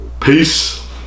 Peace